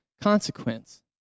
consequence